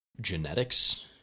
genetics